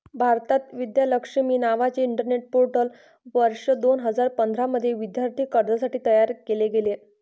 भारतात, विद्या लक्ष्मी नावाचे internet portal वर्ष दोन हजार पंधरा मध्ये विद्यार्थी कर्जासाठी तयार केले गेले